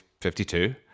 52